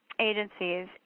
agencies